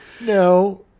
no